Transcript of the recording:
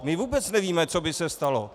My vůbec nevíme, co by se stalo.